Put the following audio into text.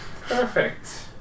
Perfect